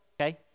Okay